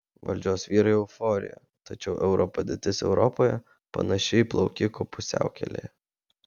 valdžios vyrai euforijoje tačiau euro padėtis europoje panaši į plaukiko pusiaukelėje